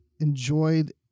enjoyed